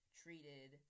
treated